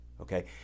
okay